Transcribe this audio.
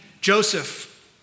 Joseph